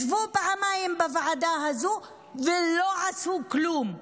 ישבו פעמיים בוועדה הזאת ולא עשו כלום.